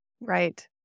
Right